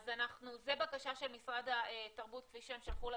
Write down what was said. אז זו בקשה של משרד התרבות כפי שהם שלחו לוועדה,